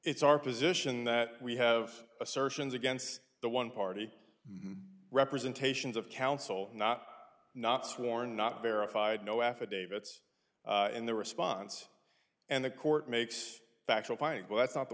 it's our position that we have assertions against the one party representations of counsel not not sworn not verified no affidavits in their response and the court makes factual findings but that's not the